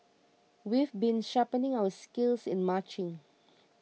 we've been sharpening our skills in marching